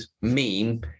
meme